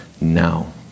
now